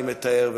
אני מתאר לעצמי,